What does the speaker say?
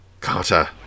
Carter